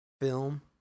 film